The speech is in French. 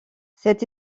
cette